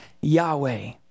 Yahweh